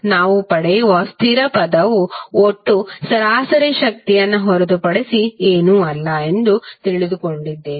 ನಾವು ಪಡೆಯುವ ಸ್ಥಿರ ಪದವು ಒಟ್ಟು ಸರಾಸರಿ ಶಕ್ತಿಯನ್ನು ಹೊರತುಪಡಿಸಿ ಏನೂ ಅಲ್ಲ ಎಂದು ತಿಳಿದುಕೊಂಡಿದ್ದೇವೆ